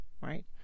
right